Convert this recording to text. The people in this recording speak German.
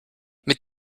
mit